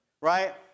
Right